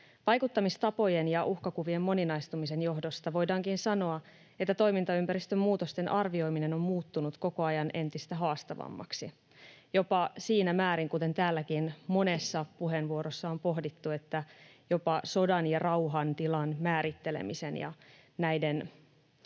Vaikuttamistapojen ja uhkakuvien moninaistumisen johdosta voidaankin sanoa, että toimintaympäristön muutosten arvioiminen on muuttunut koko ajan entistä haastavammaksi, jopa siinä määrin, kuten täälläkin monessa puheenvuorossa on pohdittu, että jopa sodan ja rauhan tilan määrittelemisen ja näiden